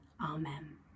Amen